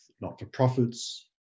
not-for-profits